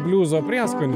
bliuzo prieskonių